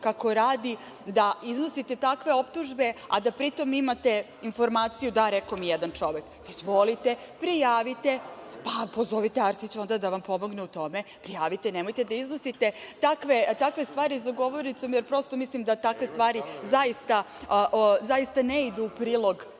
kako radi da iznosite takve optužbe, a da pri tome imate informaciju „da, rekao mi jedan čovek“. Izvolite, prijavite. Pa, pozovite Arsića onda da vam pomogne u tome. Prijavite, nemojte da iznosite takve stvari za govornicom, jer prosto mislim da takve stvari zaista ne idu u prilog